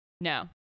No